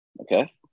okay